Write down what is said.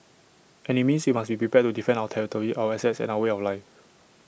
and IT means we must be prepared to defend our territory our assets and our way of life